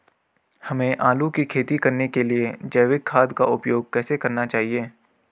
हमें आलू की खेती करने के लिए जैविक खाद का उपयोग कैसे करना चाहिए?